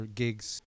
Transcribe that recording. gigs